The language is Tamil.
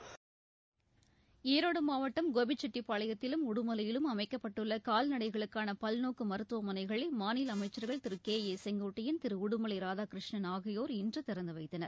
கோபிச்செட்டிப்பாளையத்திலும் ஈரோடு மாவட்டம் உடுமலையிலும் அமைக்கப்பட்டுள்ள கால்நடைகளுக்கான பல்நோக்கு மருத்துவமனைகளை மாநில அமைச்சர்கள் திரு கே ஏ செங்கோட்டையன் திரு உடுமலை ராதாகிருஷ்ணன் ஆகியோர் இன்று திறந்துவைத்தனர்